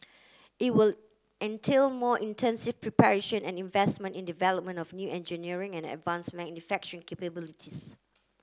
it will entail more intensive preparation and investment in the development of new engineering and advanced manufacturing capabilities